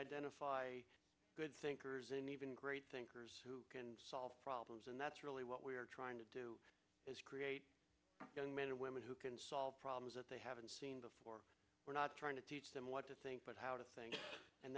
identify good thinkers and even great thinkers solve problems and that's really what we're trying to do is create going men and women who can solve problems that they haven't seen before we're not trying to teach them what to think but how to think and